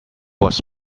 was